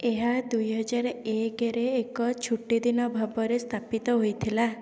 ଏହା ଦୁଇହଜାର ଏକରେ ଏକ ଛୁଟିଦିନ ଭାବରେ ସ୍ଥାପିତ ହୋଇଥିଲା